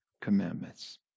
commandments